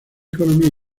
economía